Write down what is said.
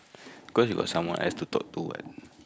cause you got someone else to talk to what